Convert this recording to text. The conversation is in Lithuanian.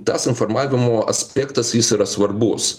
tas informavimo aspektas jis yra svarbus